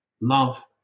Love